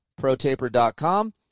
ProTaper.com